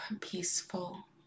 peaceful